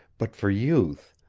but for youth,